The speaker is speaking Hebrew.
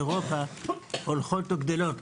אירופה הולכות וגדלות,